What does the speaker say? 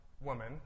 woman